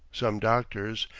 some doctors,